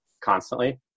constantly